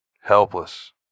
helpless